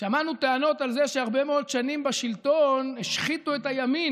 שמענו טענות על זה שהרבה מאוד שנים בשלטון השחיתו את הימין,